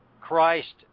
Christ